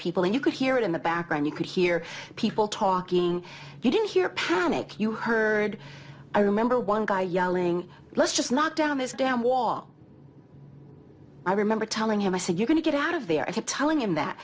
people and you could hear it in the background you could hear people talking you didn't hear panic you heard i remember one guy yelling let's just knock down this damn wall i remember telling him i said you're going to get out of there i keep telling him that